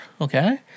Okay